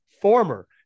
former